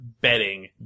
betting